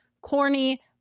corny